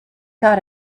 got